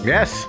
Yes